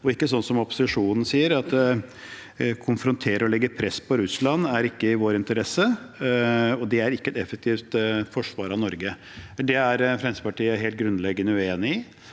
opposisjonen sier, at å konfrontere og legge press på Russland ikke er i vår interesse, og at det ikke er et effektivt forsvar av Norge. Det er Fremskrittspartiet helt grunnleggende uenig i.